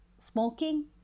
smoking